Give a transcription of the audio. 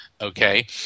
Okay